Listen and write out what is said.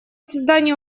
создание